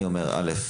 ראשית,